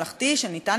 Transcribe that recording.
על-ידי המדינה,